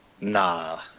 Nah